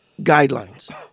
guidelines